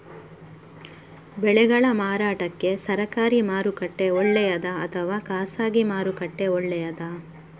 ಬೆಳೆಗಳ ಮಾರಾಟಕ್ಕೆ ಸರಕಾರಿ ಮಾರುಕಟ್ಟೆ ಒಳ್ಳೆಯದಾ ಅಥವಾ ಖಾಸಗಿ ಮಾರುಕಟ್ಟೆ ಒಳ್ಳೆಯದಾ